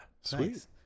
sweet